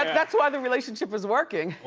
that's why the relationship is working!